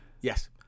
Yes